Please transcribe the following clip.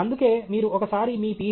అందుకే మీరు ఒకసారి మీ Ph